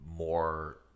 More